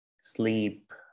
sleep